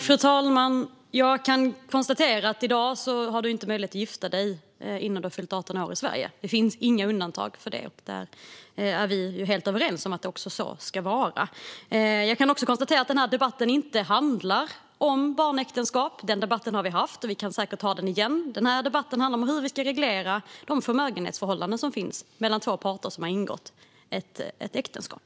Fru talman! Jag konstaterar att du i dag inte har möjlighet att gifta dig i Sverige innan du har fyllt 18 år. Det finns inga undantag för det. Vi är helt överens om att det är så det ska vara. Jag kan också konstatera att denna debatt inte handlar om barnäktenskap. En sådan debatt har vi haft, och vi kan säkert ha den igen. I dag handlar debatten om hur vi ska reglera de förmögenhetsförhållanden som finns mellan två parter som har ingått äktenskap.